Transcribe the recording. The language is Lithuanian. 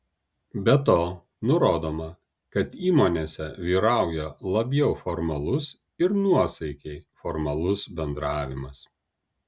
be to nurodoma kad įmonėse vyrauja labiau formalus ir nuosaikiai formalus bendravimas